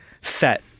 set